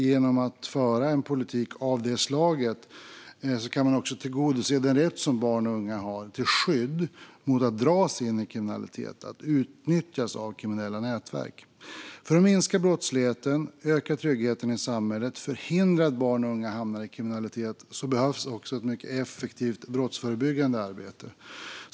Genom att föra en politik av det slaget kan man också tillgodose den rätt som barn och unga har till skydd mot att dras in i kriminalitet och att utnyttjas av kriminella nätverk. För att minska brottsligheten, öka tryggheten i samhället och förhindra att barn och unga hamnar i kriminalitet behövs också ett mycket effektivt brottsförebyggande arbete.